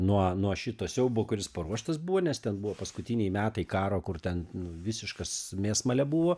nuo šito siaubo kuris paruoštas buvo nes ten buvo paskutiniai metai karo kur ten visiškas mėsmalė buvo